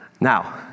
Now